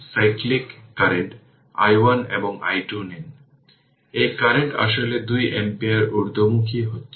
সুতরাং চিত্র 25 unit step function দেখায়